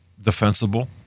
defensible